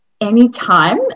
Anytime